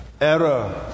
error